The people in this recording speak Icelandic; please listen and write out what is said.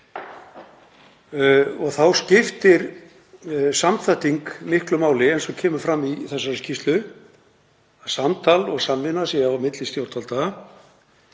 Þá skiptir samþætting miklu máli, eins og kemur fram í skýrslunni, að samtal og samvinna sé á milli stjórnvalda